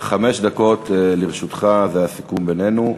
חמש דקות לרשותך, זה הסיכום בינינו,